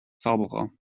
zauberer